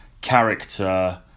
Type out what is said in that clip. character